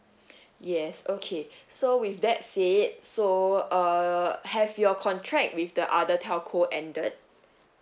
yes okay so with that said so uh have your contract with the other telco ended